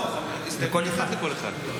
לא, הסתייגות אחת לכל אחד.